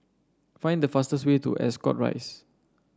find the fastest way to Ascot Rise